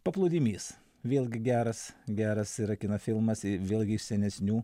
paplūdimys vėlgi geras geras yra kino filmas i vėlgi iš senesnių